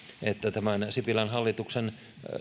että sipilän hallituksen